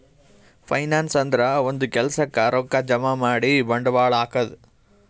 finance ಅಂದ್ರ ಒಂದ್ ಕೆಲ್ಸಕ್ಕ್ ರೊಕ್ಕಾ ಜಮಾ ಮಾಡಿ ಬಂಡವಾಳ್ ಹಾಕದು